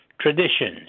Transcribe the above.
traditions